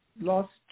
lost